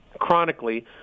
chronically